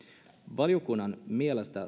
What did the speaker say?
valiokunnan mielestä